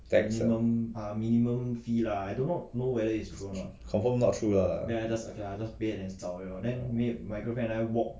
tax ah confirm not true ah